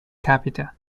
capita